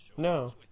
No